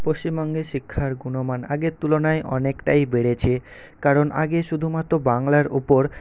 পশ্চিমবঙ্গে শিক্ষার গুণমান আগের তুলনায় অনেকটাই বেড়েছে কারণ আগে শুধুমাত্র বাংলার উপর